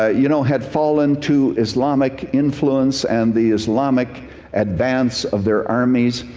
ah you know, had fallen to islamic influence and the islamic advance of their armies.